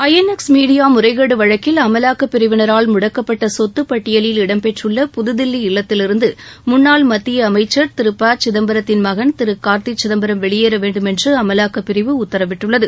ஐ N X media முறைகேடு வழக்கில் அமலாக்கப் பிரிவினரால் முடக்கப்பட்ட சொத்து பட்டியலில் இடம்பெற்றுள்ள புதுதில்லி இல்லத்திலிருந்து முன்னாள் மத்திய அமைச்சர் திரு ப சிதம்பத்தின் மகன் திரு கா்த்தி சிதம்பரம் வெளியேற வேண்டுமென்று அமலாக்கப் பிரிவு உத்தரவிட்டுள்ளது